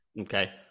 Okay